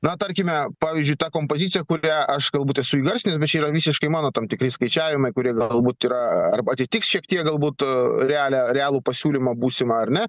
na tarkime pavyzdžiui ta kompozicija kurią aš galbūt esu įgarsinęs bet čia yra visiškai mano tam tikri skaičiavimai kurie galbūt yra arba atitiks šiek tiek galbūt realią realų pasiūlymą būsimą ar ne